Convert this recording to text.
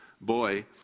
boy